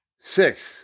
Six